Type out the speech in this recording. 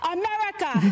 america